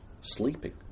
sleeping